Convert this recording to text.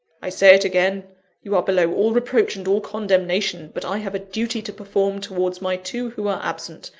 i say it again you are below all reproach and all condemnation but i have a duty to perform towards my two who are absent,